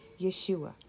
Yeshua